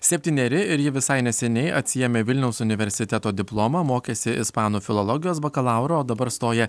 septyneri ir ji visai neseniai atsiėmė vilniaus universiteto diplomą mokėsi ispanų filologijos bakalauro o dabar stoja